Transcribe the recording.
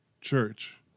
church